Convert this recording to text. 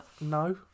No